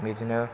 बिदिनो